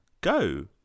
go